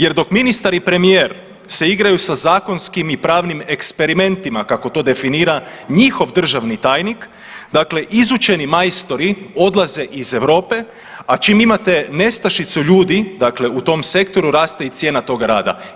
Jer dok ministar i premijer se igraju sa zakonskim i pravnim eksperimentima kako to definira njihov državni tajnik, dakle izučeni majstori odlaze iz Europe, a čim imate nestašicu ljudi, dakle u tom sektoru raste i cijena tog rada.